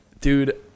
Dude